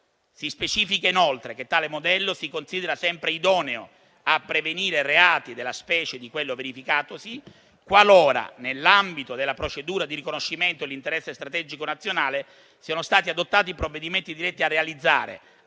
Si specifica, inoltre, che tale modello si considera sempre idoneo a prevenire reati della specie di quello verificatosi qualora nell'ambito della procedura di riconoscimento dell'interesse strategico nazionale siano stati adottati provvedimenti diretti a realizzare,